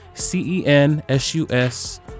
C-E-N-S-U-S